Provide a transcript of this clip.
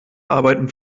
arbeiten